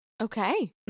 Okay